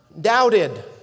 doubted